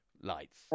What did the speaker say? Lights